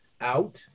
out